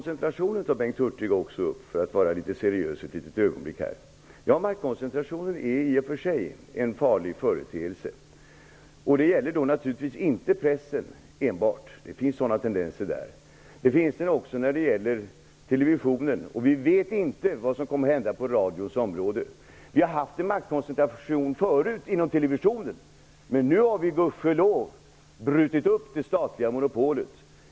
Bengt Hurtig tog också upp maktkoncentrationen för att vara litet seriös för ett ögonblick. Den är i och för sig en farlig företeelse, och det gäller naturligtvis inte enbart pressen, även om det finns sådana tendenser där. Det gäller också televisionen, och vi vet ännu inte vad som kommer att hända på radions område. Vi har haft en maktkoncentration förut, inom televisionen, men nu har vi gudskelov brutit upp det statliga monopolet.